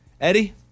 Eddie